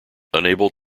unable